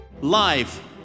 Live